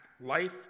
life